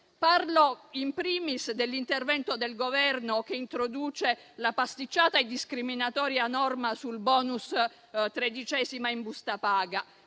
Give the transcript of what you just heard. Parlo, *in primis*, dell'intervento del Governo che introduce la pasticciata e discriminatoria norma sul *bonus* tredicesima in busta paga,